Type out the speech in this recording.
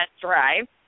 drive